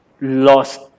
lost